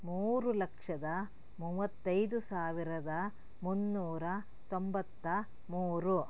ಮೂರು ಲಕ್ಷದ ಮೂವತ್ತೈದು ಸಾವಿರದ ಮುನ್ನೂರ ತೊಂಬತ್ತ ಮೂರು